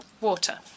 water